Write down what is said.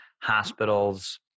hospitals